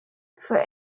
für